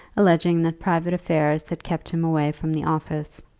alleging that private affairs had kept him away from the office.